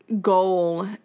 goal